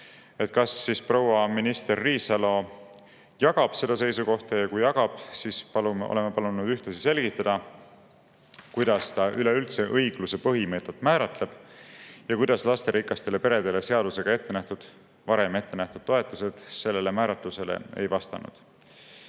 Kas proua minister Riisalo jagab seda seisukohta? Ja kui jagab, siis oleme palunud ühtlasi selgitada, kuidas ta üleüldse õigluse põhimõtet määratleb ja kuidas lasterikastele peredele varem seadusega ettenähtud toetused sellele määratlusele ei vastanud. Ning